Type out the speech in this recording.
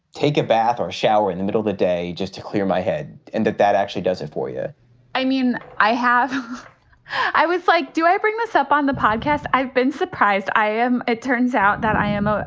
take a bath or shower in the middle of the day just to clear my head and that that actually does it for you i mean, i have i was like, do i bring this up on the podcast? i've been surprised. i am. it turns out that i am. ah